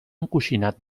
encoixinat